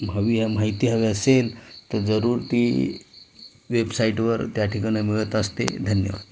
हवी ह्या माहिती हवी असेल तर जरूर ती वेबसाईटवर त्या ठिकाणी मिळत असते धन्यवाद